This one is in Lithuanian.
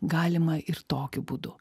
galima ir tokiu būdu